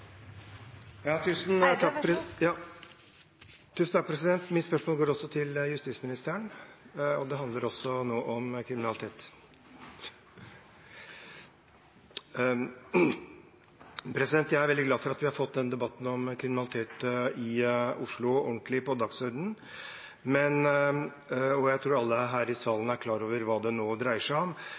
Mitt spørsmål går også til justisministeren, og det handler også om kriminalitet. Jeg er veldig glad for at vi har fått denne debatten om kriminalitet i Oslo ordentlig på dagsordenen, og jeg tror alle her i salen er klar over hva det nå dreier seg om.